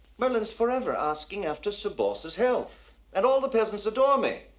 merlin's forever asking after sir boss's health, and all the peasants adore me.